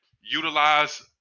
utilize